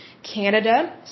Canada